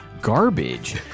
garbage